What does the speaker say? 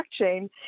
blockchain